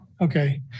Okay